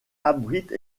abrite